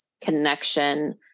connection